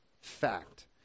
fact